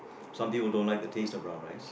some people don't like the taste of brown rice